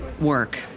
work